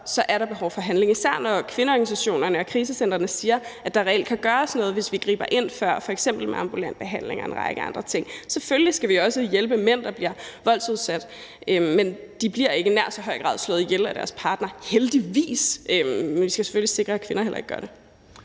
så er der behov for handling, især når kvindeorganisationerne og krisecentrene siger, at der reelt kan gøres noget, hvis vi griber ind før, f.eks. med ambulant behandling og en række andre ting. Selvfølgelig skal vi også hjælpe mænd, der bliver voldsudsat, men de bliver ikke i nær så høj grad slået ihjel af deres partner, heldigvis. Men vi skal selvfølgelig sikre, at kvinder heller ikke gør det.